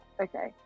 Okay